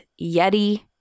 Yeti